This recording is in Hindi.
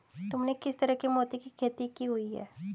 तुमने किस तरह के मोती की खेती की हुई है?